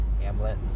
Hamlet